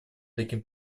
таким